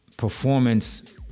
performance